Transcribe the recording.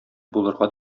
булырга